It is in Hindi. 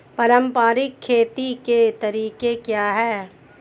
पारंपरिक खेती के तरीके क्या हैं?